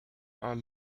are